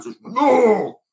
No